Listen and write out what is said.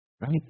right